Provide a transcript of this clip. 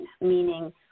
meaning